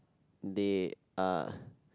they are